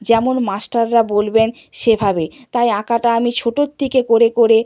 যেমন মাস্টাররা বলবেন সেভাবে তাই আঁকাটা আমি ছোট থেকে করে করে